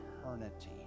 eternity